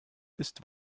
ist